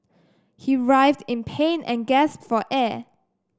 he writhed in pain and gasped for air